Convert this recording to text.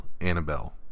Annabelle